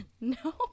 no